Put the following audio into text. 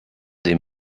des